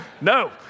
No